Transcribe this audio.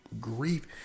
grief